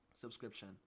subscription